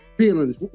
Feelings